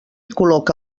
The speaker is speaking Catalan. col·loca